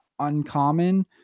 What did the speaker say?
Uncommon